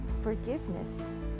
forgiveness